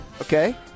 Okay